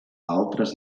altres